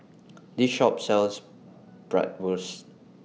This Shop sells Bratwurst